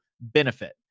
benefit